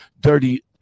Dirty